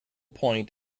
point